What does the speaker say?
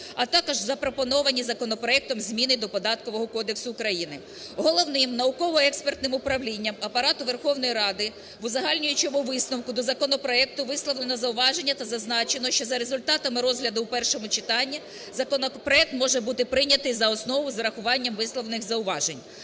а також запропоновані законопроектом зміни до Податкового кодексу України. Головним науково-експертним управлінням Апарату Верховної Ради в узагальнюючому висновку до законопроекту висловлено зауваження та зазначено, що за результатами розгляду у першому читанні законопроект може бути прийнятий за основу з урахуванням висловлених зауважень.